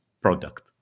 product